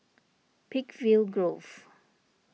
Peakville Grove